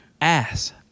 ass